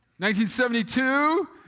1972